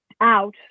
out